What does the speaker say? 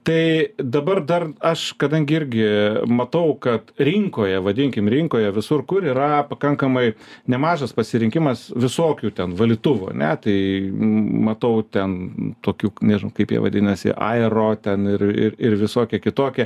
tai dabar dar aš kadangi irgi matau kad rinkoje vadinkim rinkoje visur kur yra pakankamai nemažas pasirinkimas visokių ten valytuvų ane tai matau ten tokių nežnau kaip jie vadinasi aero ten ir ir ir visokie kitokie